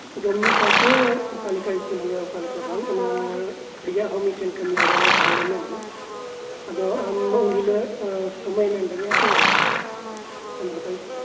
ᱡᱚᱢ ᱧᱩ ᱥᱟᱣᱛᱮ ᱚᱠᱟ ᱞᱮᱠᱟ ᱤᱥᱤᱱ ᱦᱩᱭᱩᱜᱼᱟ ᱚᱠᱟ ᱞᱮᱠᱟ ᱵᱟᱝ ᱚᱱᱟ ᱨᱮᱭᱟᱜ ᱦᱚᱸ ᱢᱤᱫᱴᱮᱱ ᱠᱟᱹᱢᱤ ᱦᱚᱨᱟ ᱞᱮ ᱫᱚᱦᱚᱞᱮ ᱢᱮᱱ ᱮᱫᱟ ᱟᱫᱚ ᱟᱢ ᱩᱱᱦᱤᱞᱳᱜ ᱥᱩᱢᱟᱹᱭ ᱮᱢ ᱮᱢ ᱫᱟᱲᱮᱭᱟᱜᱼᱟ ᱥᱮ ᱵᱟᱝ ᱟ ᱯᱚᱸᱫᱽᱨᱚ ᱛᱟᱨᱤᱠᱷ